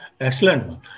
Excellent